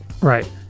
Right